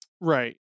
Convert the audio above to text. right